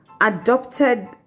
adopted